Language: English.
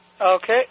Okay